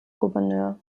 gouverneur